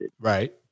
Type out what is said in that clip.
Right